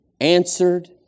answered